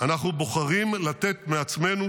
"אנחנו בוחרים לתת מעצמנו